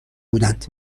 بودند